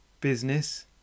business